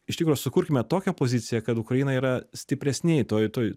iš tikro sukurkime tokią poziciją kad ukraina yra stipresnėj toj toj